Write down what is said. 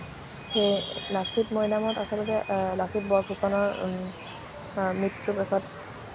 সেই লাচিত মৈদামত আচলতে লাচিত বৰফুকনৰ মৃত্যুৰ পাছত